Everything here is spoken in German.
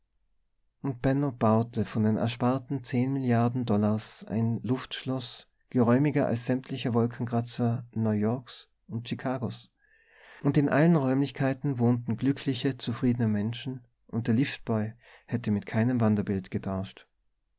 und benno baute von den ersparten zehn milliarden dollars ein luftschloß geräumiger als sämtliche wolkenkratzer neuyorks und chikagos und in allen räumlichkeiten wohnten glückliche zufriedene menschen und der liftboy hätte mit keinem vanderbilt getauscht